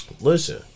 listen